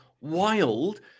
wild